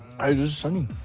hi this is sunny.